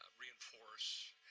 reinforce